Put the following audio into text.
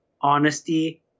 honesty